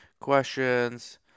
questions